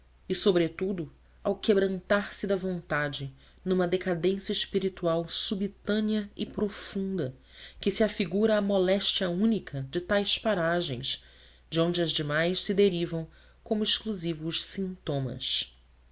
e sobretudo ao quebrantar se da vontade numa decadência espiritual subitânea e profunda que se afigura a moléstia única de tais paragens de onde as demais se derivam como exclusivos sintomas